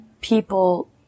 people